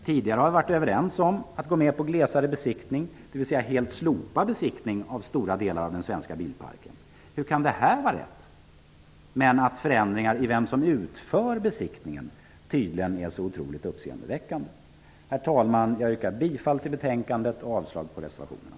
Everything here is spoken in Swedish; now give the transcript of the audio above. Tidigare har vi varit överens om att införa glesare besiktning, dvs. att helt slopa besiktningen av stora delar av den svenska bilparken. Hur kan detta vara rätt, när förändringar beträffande vem som utför besiktningen tydligen är så otroligt uppseendeväckande? Herr talman! Jag yrkar bifall till hemställan i betänkandet och avslag på reservationerna.